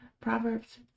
Proverbs